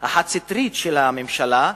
החד-סטרית של הממשלה,